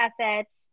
assets